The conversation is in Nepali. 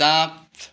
चाँप